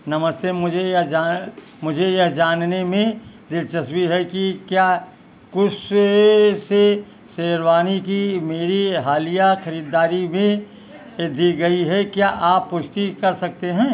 नमस्ते मुझे यह जान मुझे यह जानने में दिलचस्पी है कि क्या कूव्स से से शेरवानी की मेरी हालिया ख़रीदारी में भेज दी गई है क्या आप पुष्टि कर सकते हैं